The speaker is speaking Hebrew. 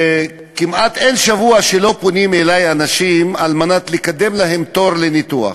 וכמעט אין שבוע שלא פונים אלי אנשים לקדם להם תור לניתוח.